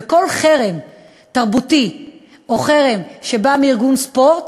וכל חרם תרבותי או חרם שבא מארגון ספורט,